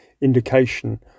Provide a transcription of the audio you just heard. indication